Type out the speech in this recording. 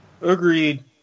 Agreed